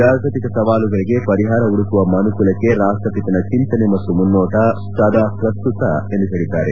ಜಾಗತಿಕ ಸವಾಲುಗಳಿಗೆ ಪರಿಹಾರ ಹುಡುಕುವ ಮನುಕುಲಕ್ಷೆ ರಾಪ್ಟಪಿತನ ಚಿಂತನೆ ಮತ್ತು ಮುನ್ನೋಟ ಸದಾ ಪ್ರಸ್ತುತ ಎಂದು ಹೇಳಿದ್ದಾರೆ